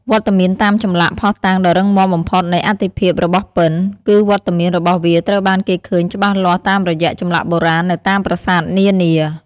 វត្តមានតាមចម្លាក់ ភស្តុតាងដ៏រឹងមាំបំផុតនៃអត្ថិភាពរបស់ពិណ គឺវត្តមានរបស់វាត្រូវបានគេឃើញច្បាស់លាស់តាមរយៈចម្លាក់បុរាណនៅតាមប្រាសាទនានា។